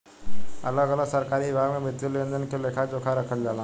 अलग अलग सरकारी विभाग में वित्तीय लेन देन के लेखा जोखा रखल जाला